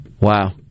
Wow